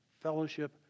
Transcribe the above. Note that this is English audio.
fellowship